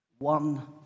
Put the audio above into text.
One